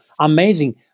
amazing